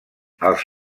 els